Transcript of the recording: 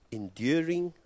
enduring